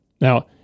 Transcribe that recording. Now